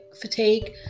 fatigue